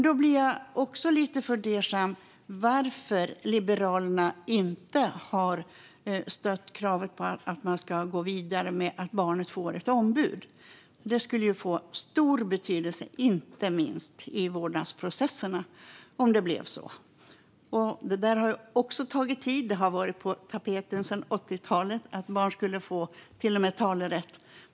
Då blir jag lite fundersam om varför Liberalerna inte har stött kravet på att man ska gå vidare med att barnet får ett ombud. Det skulle få stor betydelse, inte minst i vårdnadsprocesserna, om det blev så. Detta har tagit tid. Det har varit på tapeten sedan 1980-talet att barn till och med skulle få talerätt.